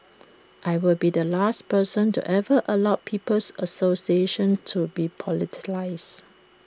I will be the last person to ever allow people's association to be politicised